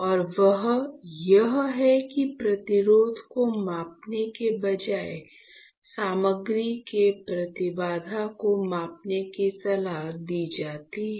और वह यह है कि प्रतिरोध को मापने के बजाय सामग्री के प्रतिबाधा को मापने की सलाह दी जाती है